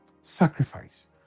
sacrifice